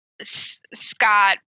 Scott